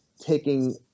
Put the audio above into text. taking